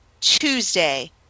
Tuesday